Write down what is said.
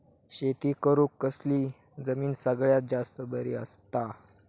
शेती करुक कसली जमीन सगळ्यात जास्त बरी असता?